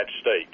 state